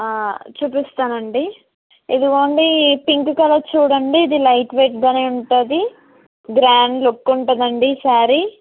చూపిస్తాను అండి ఇది ఓన్లీ పింక్ కలర్ చూడండి ఇది లైట్ వెయిట్గానే ఉంటుంది గ్రాండ్ లుక్ ఉంటుందండి సారీ